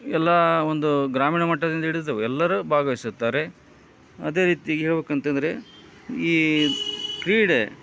ಎಲ್ಲಾ ಒಂದು ಗ್ರಾಮೀಣ ಮಟ್ಟದಿಂದ ಹಿಡಿತೇವೆ ಎಲ್ಲರೂ ಭಾಗವಯಿಸುತ್ತಾರೆ ಅದೇ ರೀತಿ ಹೇಳ್ಬೇಕಂತಂದ್ರೆ ಈ ಕ್ರೀಡೆ